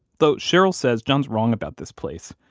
though cheryl says john's wrong about this place.